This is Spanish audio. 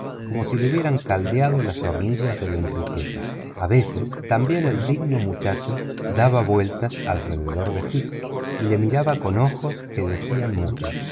como si lo hubiesen caldeado las hornillas de la enriqueta a veces también el digno muchacho daba vueltas alrededor de fix y lo miraba con los ojos que decían mucho